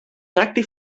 tracti